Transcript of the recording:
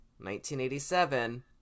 1987